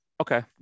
Okay